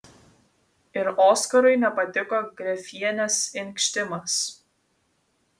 ir oskarui nepatiko grefienės inkštimas